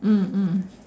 mm mm